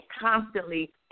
constantly